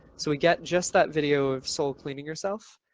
so we get just that video of soul cleaning herself,